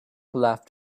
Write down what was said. left